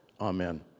Amen